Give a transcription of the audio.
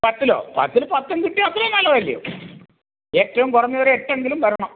പത്തിലോ പത്തില് പത്തും കിട്ടിയാൽ അത്രയും നല്ലതല്ലെയോ ഏറ്റവും കുറഞ്ഞത് ഒരു എട്ടെങ്കിലും വരണം